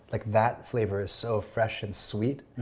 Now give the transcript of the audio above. like that flavor is so fresh and sweet,